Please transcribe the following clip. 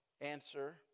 Answer